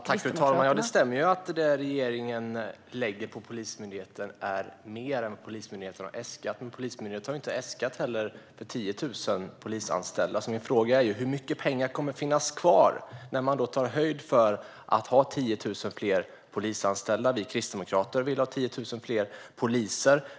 Fru talman! Ja, det stämmer att regeringen lägger mer på Polismyndigheten än vad Polismyndigheten har äskat. Men Polismyndigheten har ju inte äskat pengar för 10 000 polisanställda, så min fråga är: Hur mycket pengar kommer att finnas kvar när man tar höjd för att ha 10 000 fler polisanställda. Vi kristdemokrater vill ha 10 000 fler poliser.